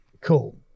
Cool